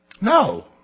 No